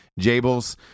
Jables